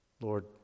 Lord